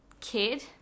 kid